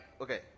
okay